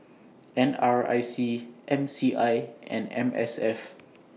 N R I C M C I and M S F